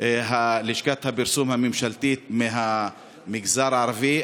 לשכת הפרסום הממשלתית מהמגזר הערבי.